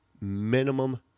Minimum